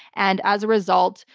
and as a result,